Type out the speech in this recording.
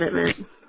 commitment